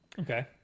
Okay